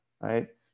right